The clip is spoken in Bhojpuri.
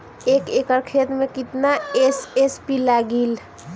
एक एकड़ खेत मे कितना एस.एस.पी लागिल?